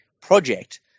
project